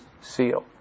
seal